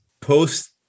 post